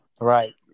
Right